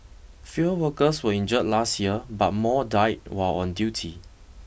fewer workers were injured last year but more died while on duty